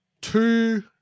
two